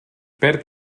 perd